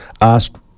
asked